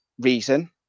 reason